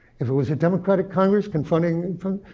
if it was a democratic congress confronting from,